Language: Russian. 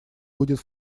будет